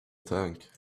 tank